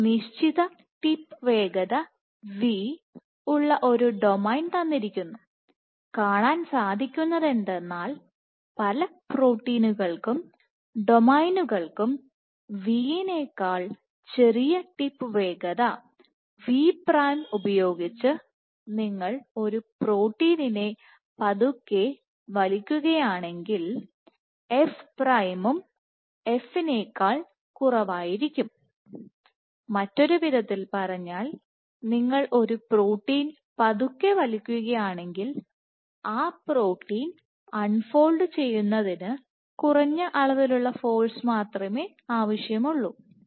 ഒരു നിശ്ചിത ടിപ്പ് വേഗത വി ഉള്ള ഒരു ഡൊമൈൻ തന്നിരിക്കുന്നു കാണാൻ സാധിക്കുന്നത് എന്തെന്നാൽ പല പ്രോട്ടീനുകൾക്കും ഡൊമൈനകൾക്കും V യിനെകാൾ ചെറിയ ടിപ്പ് വേഗത വിപ്രൈം V' ഉപയോഗിച്ച് നിങ്ങൾ ഒരു പ്രോട്ടീനിനെ പതുക്കെവലിക്കുകയാണെങ്കിൽ f പ്രൈമും f ' f നേക്കാൾ കുറവ് ആയിരിക്കും മറ്റൊരു വിധത്തിൽ പറഞ്ഞാൽ നിങ്ങൾ ഒരു പ്രോട്ടീൻ പതുക്കെ വലിക്കുകയാണെങ്കിൽ ആ പ്രോട്ടീൻ അൺ ഫോൾഡ് ചെയ്യുന്നതിന് കുറഞ്ഞ അളവിലുള്ള ഫോഴ്സ്മാത്രമേ ആവശ്യമുള്ളൂ